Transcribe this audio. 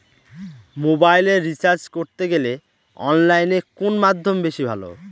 মোবাইলের রিচার্জ করতে গেলে অনলাইনে কোন মাধ্যম বেশি ভালো?